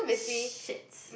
shit